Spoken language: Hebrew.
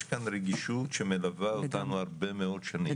יש כאן רגישות שמלווה אותנו הרבה מאוד שנים,